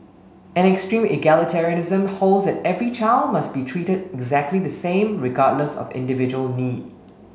an extreme egalitarianism holds that every child must be treated exactly the same regardless of individual need